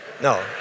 No